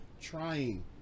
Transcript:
trying